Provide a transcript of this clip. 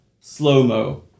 Slow-mo